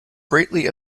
greatly